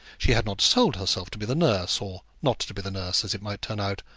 she had not sold herself to be the nurse, or not to be the nurse, as it might turn out,